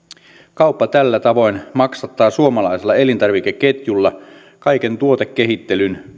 kauppa tällä tavoin maksattaa suomalaisella elintarvikeketjulla kaiken tuotekehittelyn